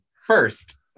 First